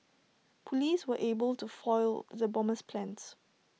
Police were able to foil the bomber's plans